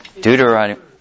Deuteronomy